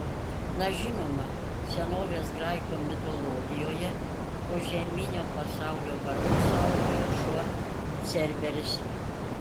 na žinoma senovės graikų mitologijoje požeminio pasaulio vartus saugojo šuo cerberis